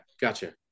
gotcha